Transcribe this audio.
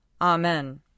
Amen